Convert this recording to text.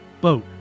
boat